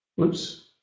Oops